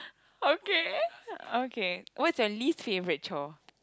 okay okay what is your least favourite chore